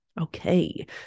Okay